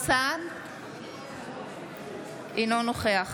אינו נוכח